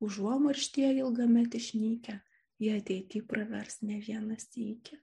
užuomarštyje ilgamet išnykę jie ateity pravers ne vieną sykį